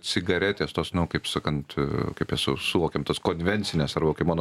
cigaretės tos nu kaip sakant kaip jas suvokiam tas konvencines arba kaip mano